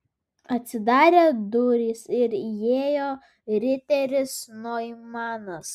atsidarė durys ir įėjo riteris noimanas